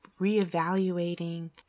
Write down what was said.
reevaluating